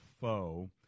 foe